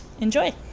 enjoy